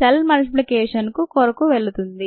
cell మల్టిప్లికేషన్కు కొరకు వెళుతుంది